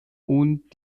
und